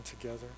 together